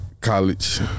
College